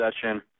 session